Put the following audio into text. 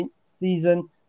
season